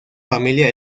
familia